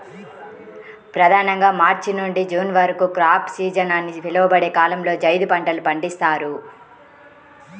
ప్రధానంగా మార్చి నుండి జూన్ వరకు క్రాప్ సీజన్ అని పిలువబడే కాలంలో జైద్ పంటలు పండిస్తారు